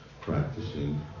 practicing